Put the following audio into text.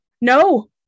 No